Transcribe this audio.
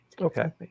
okay